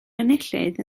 enillydd